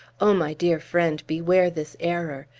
oh, my dear friend, beware this error!